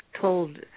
told